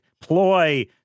ploy